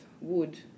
wood